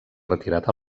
retirat